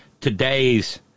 today's